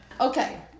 okay